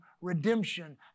redemption